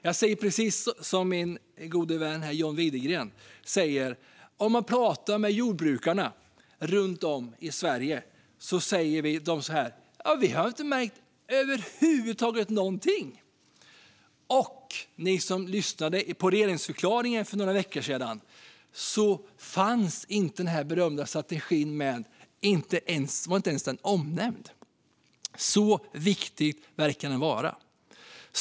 Jag säger precis som min vän John Widegren: När man pratar med jordbrukarna runt om i Sverige säger de att de inte har märkt något över huvud taget. Ni som lyssnade på regeringsförklaringen för några veckor sedan kunde notera att den här berömda strategin inte ens omnämndes. Så viktig verkar den vara.